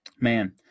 Man